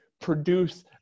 produce